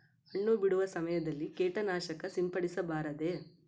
ಹಣ್ಣು ಬಿಡುವ ಸಮಯದಲ್ಲಿ ಕೇಟನಾಶಕ ಸಿಂಪಡಿಸಬಾರದೆ?